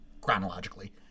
chronologically